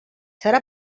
serà